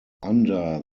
under